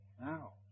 Now